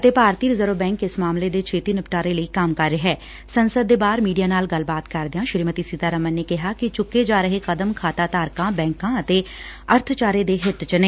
ਅਤੇ ਭਾਰਤੀ reserve bank ਇਸ ਮਾਮਲੇ ਦੇ ਛੇਤੀ ਨਿਪਟਾਰੇ ਲਈ ਕੰਮ ਕਰ ਸੰਸਦ ਦੇ ਬਾਹਰ ਮੀਡੀਆ ਨਾਲ ਗੱਲਬਾਤ ਕਰਦਿਆਂ ਸ੍ਰੀਮਤੀ ਸੀਤਾਰਮਨ ਨੇ ਕਿਹਾ ਕਿ ਚੁੱਕੇ ਜਾ ਰਹੇ ਕਦਮ ਖਾਤਾ ਧਾਰਕਾਂ ਬੈਂਕਾਂ ਅਤੇ ਅਰਥਚਾਰੇ ਦੇ ਹਿੱਤ ਚ ਨੇ